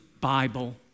Bible